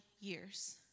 years